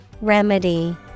Remedy